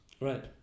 right